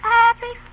happy